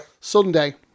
Sunday